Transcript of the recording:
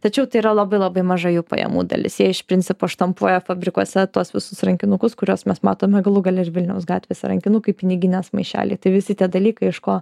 tačiau tai yra labai labai maža jų pajamų dalis jie iš principo štampuoja fabrikuose tuos visus rankinukus kuriuos mes matome galų gale ir vilniaus gatvėse rankinukai piniginės maišeliai tai visi tie dalykai iš ko